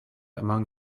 among